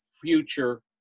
future